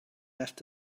left